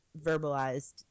verbalized